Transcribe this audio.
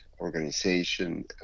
organization